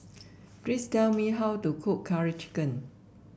please tell me how to cook Curry Chicken